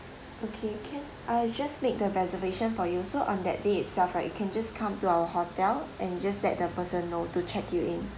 okay can I just made the reservation for you so on that day itself right you can just come to our hotel and just let the person know to check you in